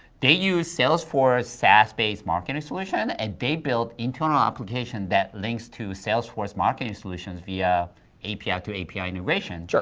they use salesforce sas-based marketing solution and they build internal application that links to salesforce marketing solutions via api-to-api integration. sure.